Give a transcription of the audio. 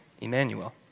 Emmanuel